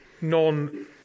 non